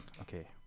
Okay